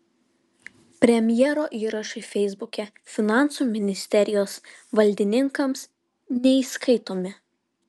premjero įrašai feisbuke finansų ministerijos valdininkams neįskaitomi